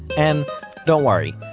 and don't worry,